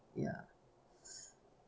ya